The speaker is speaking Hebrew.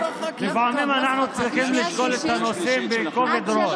לפעמים אנחנו צריכים לשקול את הנושאים במקום אגרות,